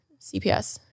CPS